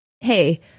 hey